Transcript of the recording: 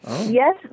Yes